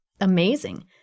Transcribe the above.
amazing